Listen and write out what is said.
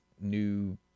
new